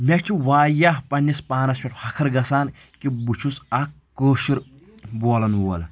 مےٚ چھُ واریاہ پننِس پانس پؠٹھ فخر گژھان کہِ بہٕ چھُس اکھ کٲشُر بولَن وول